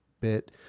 bit